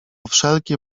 wszelkie